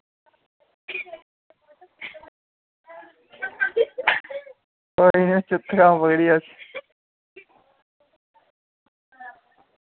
कोई निं झुत्थनै आं पकड़ियै उसी